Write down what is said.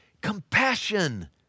compassion